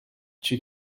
she